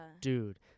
dude